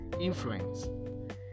influence